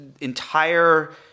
entire –